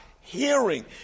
hearing